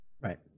Right